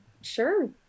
sure